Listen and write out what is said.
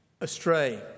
astray